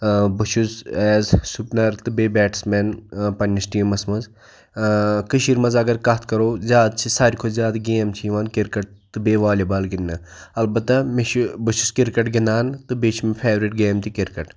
بہٕ چھُس as spinner تہٕ بیٹٕسمین پنٛنِس ٹیٖمَس منٛز کٔشیٖرِ منٛز اگر کَتھ کَرو زیادٕ چھِ ساروے کھۄتہٕ زیادٕ گیم چھِ یِوان کِرکَٹ تہٕ بیٚیہِ والی بال گِنٛدنہٕ البتہ مےٚ چھُ بہٕ چھُس کِرکَٹ گِنٛدان تہٕ بیٚیہِ چھِ مےٚ فیورِٹ گیم تہِ کِرکَٹ